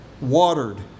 watered